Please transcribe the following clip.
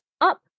up